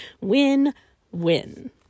Win-win